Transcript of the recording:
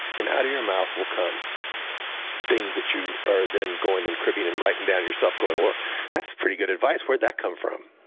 and out of your mouth will come things that you are then going and cribbing and writing down yourself going, that's pretty good advice where'd that come from?